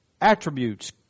attributes